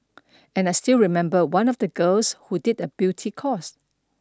and I still remember one of the girls who did a beauty course